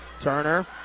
Turner